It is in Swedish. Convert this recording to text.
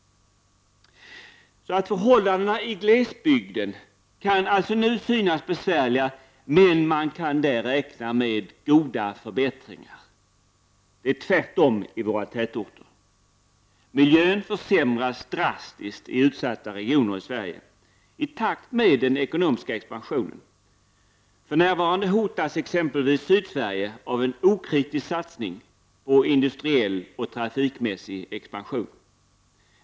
Förhållandena i glesbygden kan alltså nu synas besvärliga, men man kan där räkna med goda förbättringar. Det är tvärtom i våra tätorter. Miljön försämras drastiskt i utsatta regioner i Sverige i takt med den ekonomiska expansionen. För närvarande hotas exempelvis Sydsverige av en okritisk satsning på industriell och trafikmässig expansion.